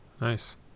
Nice